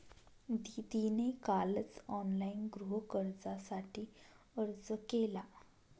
दीदीने कालच ऑनलाइन गृहकर्जासाठी अर्ज केला